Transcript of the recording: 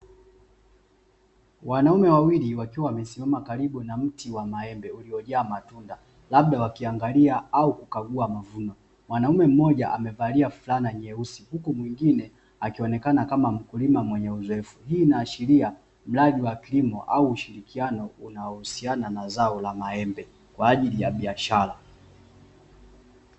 Wanaume wawili wakiwa wamesismama karibu na mti wa maembe uliojaa matunda labda wakiangalia au kukagua mavuno, mwanaume mmoja amevalia fulani nyeusi huku mwingine akionekana kama mkullima mwenye uzoefu, hii inashiria mradi wa kilimo au ushirikiano unaohusiana na zao la maembe kwa ajili ya biashara.